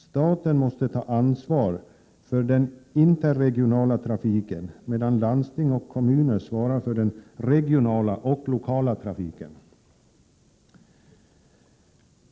Staten måste ta ansvar för den interregionala trafiken, medan landsting ch kommuner svarar för den regionala och lokala trafiken.